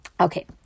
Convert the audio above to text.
Okay